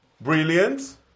brilliant